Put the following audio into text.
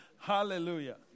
Hallelujah